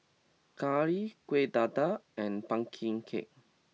Curry Kueh Dadar and Pumpkin Cake